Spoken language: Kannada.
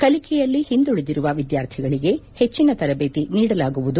ಕಲಿಕೆಯಲ್ಲಿ ಹಿಂದುಳದಿರುವ ವಿದ್ಯಾರ್ಥಿಗಳಿಗೆ ಹೆಚ್ಚಿನ ತರದೇತಿ ನೀಡಲಾಗುತ್ತಿರುವುದು